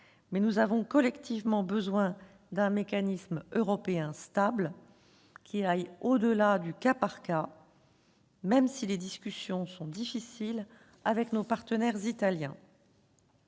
mais nous avons collectivement besoin d'un mécanisme européen stable, qui aille au-delà du cas par cas, même si les discussions sont difficiles avec nos partenaires italiens.